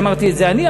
אמרתי את זה אני,